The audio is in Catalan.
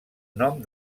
nom